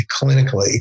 clinically